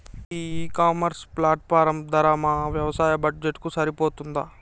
ఈ e commerce platform ధర మా వ్యవసాయ బడ్జెట్ కు సరిపోతుందా?